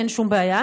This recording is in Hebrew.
אין שום בעיה,